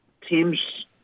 teams